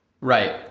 right